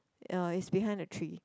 ya is behind the tree